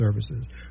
services